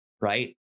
right